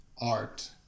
art